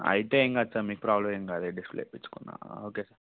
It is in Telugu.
అయితే ఏంకాదు సార్ మీకు ప్రాబ్లెమ్ ఏం కాదు డిస్ప్లే వేయించుకున్నా ఓకే సార్